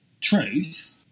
truth